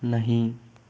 नहीं